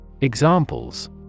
Examples